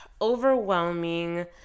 overwhelming